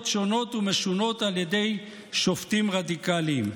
שונות ומשונות על ידי שופטים רדיקליים.